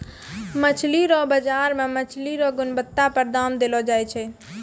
मछली रो बाजार मे मछली रो गुणबत्ता पर दाम देलो जाय छै